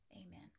Amen